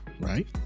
right